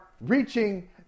reaching